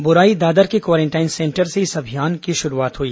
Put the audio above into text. बोराई दादर के quarantine centre से इस अभियान के शुरूआत हुई